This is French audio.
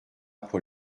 pour